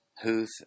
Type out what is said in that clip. Huth